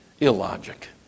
illogic